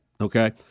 okay